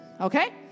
okay